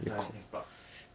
on my screen it is leh